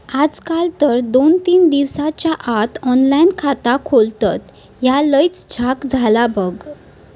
आजकाल तर दोन तीन दिसाच्या आत ऑनलाइन खाता खोलतत, ह्या लयच झ्याक झाला बघ